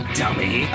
dummy